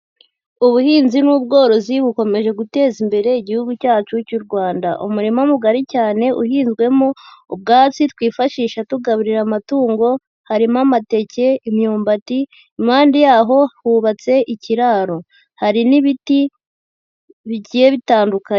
Ubuhinzi n'ubworozi bukomeje guteza imbere igihugu cyacu cy'u Rwanda, umurima mugari cyane uhinzwemo ubwatsi twifashisha tugaburira amatungo, harimo amateke, imyumbati impande yaho hubatse ikiraro, hari n'ibiti bigiye bitandukanye.